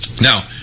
Now